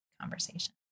conversation